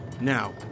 Now